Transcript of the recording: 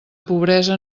pobresa